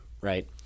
right